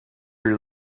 are